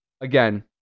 again